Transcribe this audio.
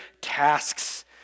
tasks